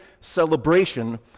celebration